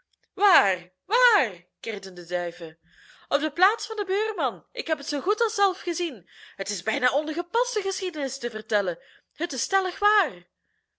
waar waar kirden de duiven op de plaats van den buurman ik heb het zoo goed als zelf gezien het is bijna ongepast de geschiedenis te vertellen het is stellig waar